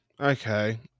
Okay